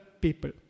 people